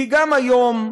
כי גם היום,